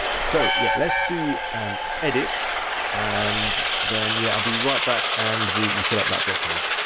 so yeah, let's do an edit and then yeah, i'll be right back and we'll we'll set up that blog page.